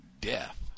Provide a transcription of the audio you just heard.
death